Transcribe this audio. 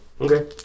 Okay